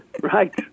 Right